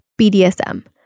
BDSM